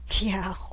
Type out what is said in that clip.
Yeah